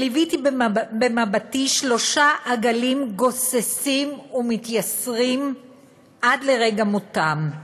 וליוויתי במבטי שלושה עגלים גוססים ומתייסרים עד לרגע מותם.